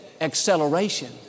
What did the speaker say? acceleration